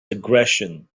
aggression